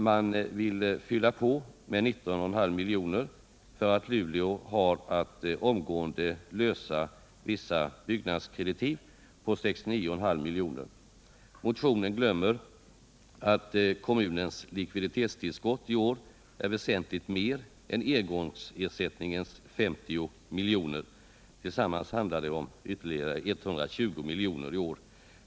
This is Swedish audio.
Man vill fylla på med 19,5 miljoner för att Luleå har att omgående lösa vissa byggnadskreditiv på 69,5 miljoner. Motionärerna glömmer att kommunens likviditetstillskott i år är väsentligt mer än engångsersättningens 50 miljoner. Tillsammans handlar det om ytterligare 120 miljoner i år.